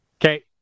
Okay